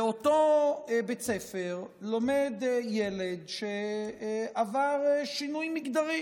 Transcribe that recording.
באותו בית ספר לומד ילד שעבר שינויי מגדרי